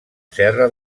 serra